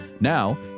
Now